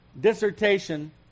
dissertation